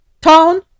town